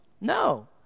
No